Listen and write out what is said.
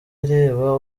areba